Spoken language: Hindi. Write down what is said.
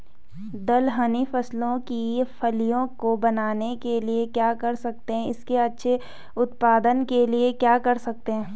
दलहनी फसलों की फलियों को बनने के लिए क्या कर सकते हैं इसके अच्छे उत्पादन के लिए क्या कर सकते हैं?